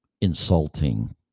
insulting